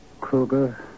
Kruger